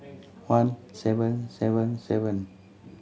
one seven seven seven